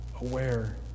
aware